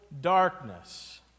darkness